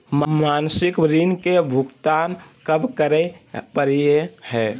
मासिक ऋण के भुगतान कब करै परही हे?